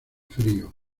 frío